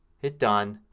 hit done